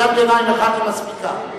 קריאת ביניים אחת מספיקה.